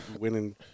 Winning